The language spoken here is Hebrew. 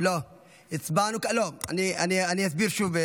אני אסביר שוב,